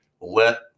let